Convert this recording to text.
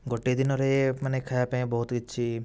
ଗୋଟିଏ ଦିନରେ ମାନେ ଖାଇବା ପାଇଁ ବହୁତ କିଛି